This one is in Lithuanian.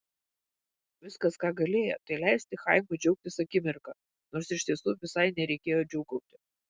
viskas ką galėjo tai leisti chaimui džiaugtis akimirka nors iš tiesų visai nereikėjo džiūgauti